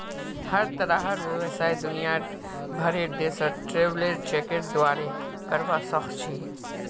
हर तरहर व्यवसाय दुनियार भरेर देशत ट्रैवलर चेकेर द्वारे करवा सख छि